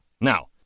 Now